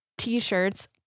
T-shirts